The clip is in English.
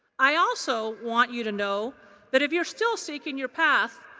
i also want you to know that if you are still seeking your path,